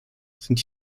sind